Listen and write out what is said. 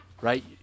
right